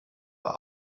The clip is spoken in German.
war